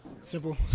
Simple